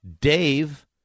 Dave